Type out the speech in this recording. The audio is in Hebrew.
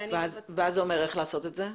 ואז איך עושים את זה?